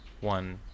one